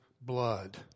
blood